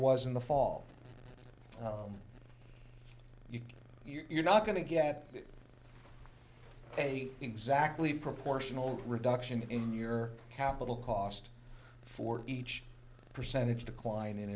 was in the fall you know you're not going to get a exactly proportional reduction in your capital cost for each percentage decline in